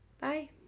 Bye